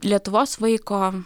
lietuvos vaiko